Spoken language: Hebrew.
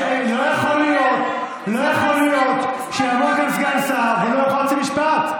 לא יכול להיות שיעמוד כאן סגן שר ולא יוכל להוציא משפט.